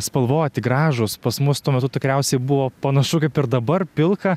spalvoti gražūs pas mus tuo metu tikriausiai buvo panašu kaip ir dabar pilka